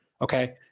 okay